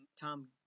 Tom